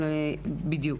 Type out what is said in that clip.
בדיוק.